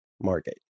market